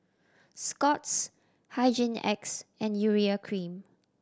Scott's Hygin X and Urea Cream